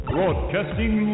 Broadcasting